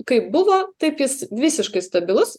kaip buvo taip jis visiškai stabilus